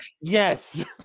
Yes